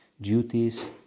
duties